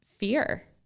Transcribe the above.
fear